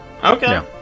okay